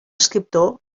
escriptor